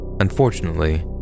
unfortunately